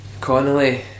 Connolly